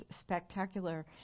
spectacular